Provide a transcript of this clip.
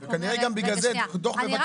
רגע שנייה -- כנראה גם בגלל זה בדו"ח מבקר